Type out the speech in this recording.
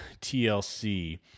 TLC